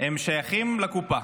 שייכות לקופה.